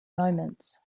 moments